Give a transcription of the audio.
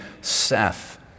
Seth